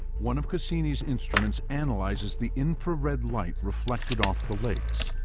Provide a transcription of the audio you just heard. one of cassini's instruments analyzes the infrared light reflected off the lakes.